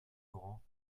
laurent